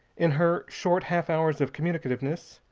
in her short half-hours of communicativeness,